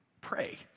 Pray